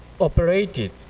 operated